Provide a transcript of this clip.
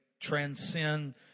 transcend